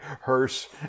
hearse